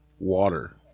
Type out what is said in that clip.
water